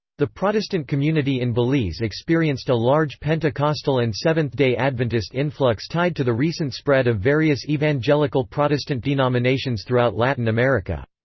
the protestant community in belize experienced a large pentecostal and seventh-day adventist influx tied to the recent spread of various evangelical protestant denominations throughout latin america.